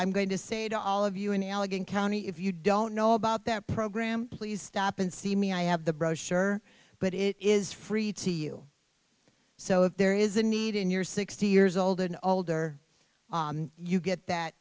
i'm going to say to all of you in elegant county if you don't know about that program please stop and see me i have the brochure but it is free to you so if there is a need in your sixty years old and older you get that